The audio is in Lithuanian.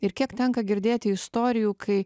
ir kiek tenka girdėti istorijų kai